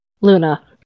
Luna